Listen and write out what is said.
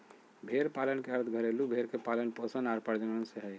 भेड़ पालन के अर्थ घरेलू भेड़ के पालन पोषण आर प्रजनन से हइ